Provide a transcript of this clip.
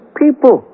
people